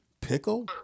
Pickle